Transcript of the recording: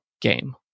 game